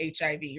HIV